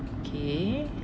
okay